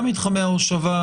גם מתחמי ההושבה,